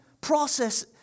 process